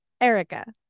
Erica